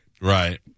Right